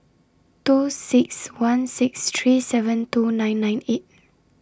two six one six three seven two nine nine eight